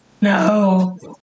No